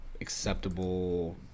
acceptable